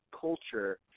culture